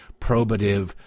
probative